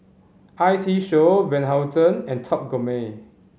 I T Show Van Houten and Top Gourmet